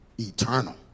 eternal